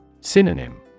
Synonym